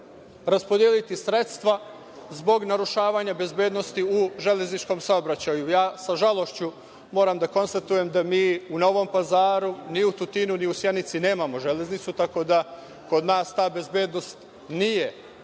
raspodeliti sredstva zbog narušavanja bezbednosti u železničkom saobraćaju. Ja sa žalošću moram da konstatujem da mi u Novom Pazaru, ni u Tutinu, ni u Sjenici nemamo železnicu, tako da kod nas ta bezbednost nije